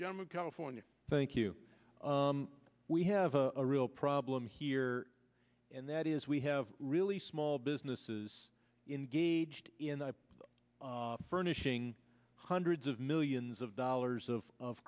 gemma california thank you we have a real problem here and that is we have really small businesses in gauged in the furnishing hundreds of millions of dollars of